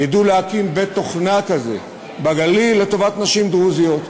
ידעו להקים בית-תוכנה כזה בגליל לטובת נשים דרוזיות,